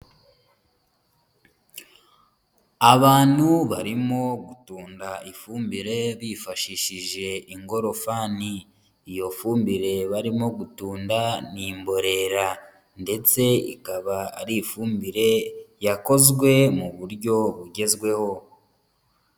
Abantu barimo gutunda ifumbire bifashishije ingorofani. Iyo fumbire barimo gutunda ni imborera ndetse ikaba ari ifumbire yakozwe mu buryo bugezweho.